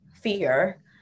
fear